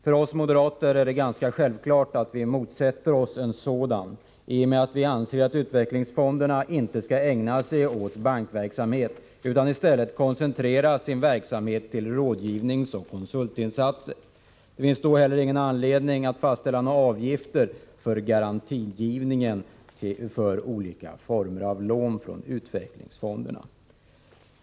För oss moderater är det ganska självklart att vi motsätter oss en sådan i och med att vi anser 159 att utvecklingsfonderna inte skall ägna sig åt bankverksamhet utan i stället koncentrera sin verksamhet till rådgivningsoch konsultinsatser. Det finns då heller ingen anledning att fastställa några avgifter för garantigivningen för olika former av lån från utvecklingsfonderna.